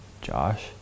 Josh